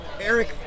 Eric